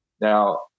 Now